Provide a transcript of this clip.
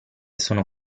sono